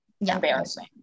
embarrassing